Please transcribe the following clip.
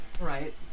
Right